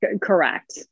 Correct